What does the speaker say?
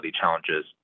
challenges